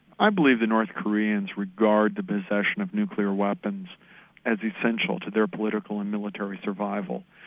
i believe the north koreans regard the possession of nuclear weapons as essential to their political and military survival.